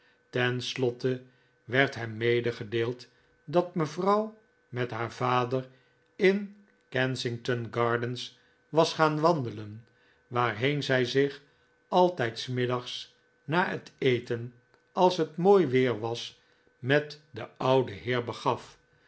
slotte werd hem medegedeeld dat mevrouw met haar vader in kensington gardens was gaan wandelen waarheen zij zich altijd s middags na het eten als het mooi weer was met den ouden heer begaf